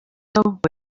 top